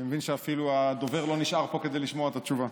אני מבין שאפילו הדובר לא נשאר פה כדי לשמוע את התשובה.